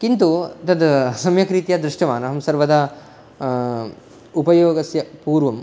किन्तु तत् सम्यक्रीत्या दृष्टवान् अहं सर्वदा उपयोगस्य पूर्वं